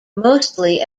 mostly